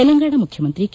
ತೆಲಂಗಾಣ ಮುಖ್ಯಮಂತ್ರಿ ಕೆ